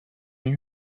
you